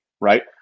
right